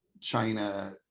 china